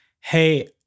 hey